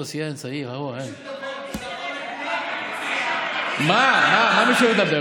מי שמדבר מה, מה "מי שמדבר"?